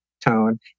tone